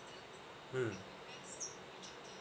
mm